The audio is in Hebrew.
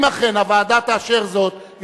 אם אכן הוועדה תאשר זאת,